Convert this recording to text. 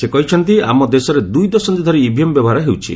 ସେ କହିଛନ୍ତି ଆମ ଦେଶରେ ଦୁଇଦଶନ୍ଧି ଧରି ଇଭିଏମ୍ ବ୍ୟବହାର ହେଉଛି